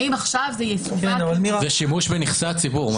האם עכשיו זה יסווג --- זה שימוש בנכסי הציבור.